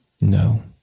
No